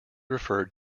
referred